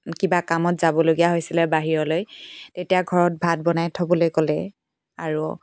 কিবা কামত যাবলগীয়া হৈছিলে বাহিৰলৈ তেতিয়া ঘৰত ভাত বনাই থ'বলৈ ক'লে আৰু